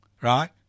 right